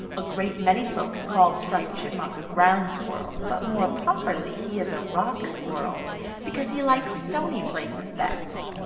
a great many folks call striped chipmunk a ground squirrel but more properly he is a rock squirrel because he likes stony places best.